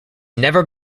never